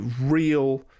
real